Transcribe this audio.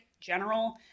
general